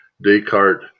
Descartes